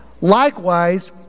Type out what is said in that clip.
Likewise